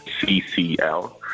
ccl